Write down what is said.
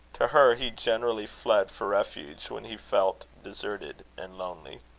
to her he generally fled for refuge, when he felt deserted and lonely.